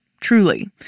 truly